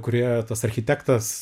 kurioje tas architektas